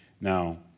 Now